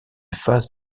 phase